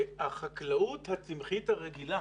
החקלאות הצמחית הרגילה